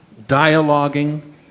dialoguing